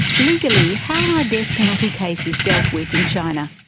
legally how are death penalty cases dealt with in china?